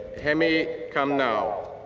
hemi come now.